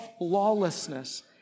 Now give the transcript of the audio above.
lawlessness